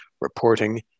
reporting